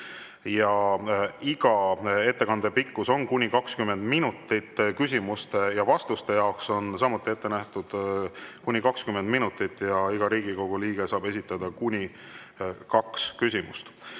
Iga ettekande pikkus on kuni 20 minutit. Küsimuste ja vastuste jaoks on samuti ette nähtud kuni 20 minutit. Ja iga Riigikogu liige saab esitada kuni kaks